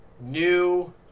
new